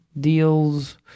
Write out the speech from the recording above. deals